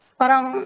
parang